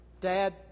Dad